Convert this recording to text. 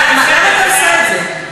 למה אתה עושה את זה?